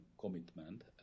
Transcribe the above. commitment